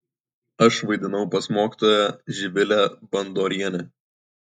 aš vaidinau pas mokytoją živilę bandorienę